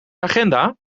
agenda